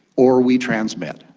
or we transmit.